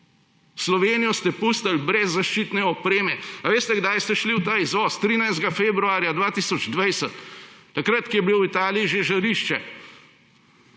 Slovenijo ste pustili brez zaščitne opreme. A veste, kdaj ste šli v ta izvoz? 13. februarja 2020, ko je bilo v Italiji že žarišče.